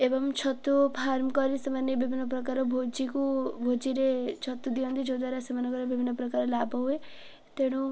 ଏବଂ ଛତୁ ଫାର୍ମ କରି ସେମାନେ ବିଭିନ୍ନ ପ୍ରକାର ଭୋଜିକୁ ଭୋଜିରେ ଛତୁ ଦିଅନ୍ତି ଯଦ୍ୱାରା ସେମାନଙ୍କର ବିଭିନ୍ନ ପ୍ରକାର ଲାଭ ହୁଏ ତେଣୁ